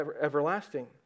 everlasting